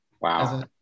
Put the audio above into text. Wow